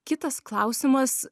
kitas klausimas